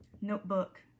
notebook